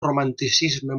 romanticisme